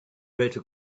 better